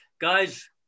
Guys